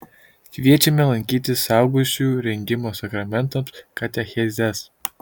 kviečiame lankyti suaugusiųjų rengimo sakramentams katechezes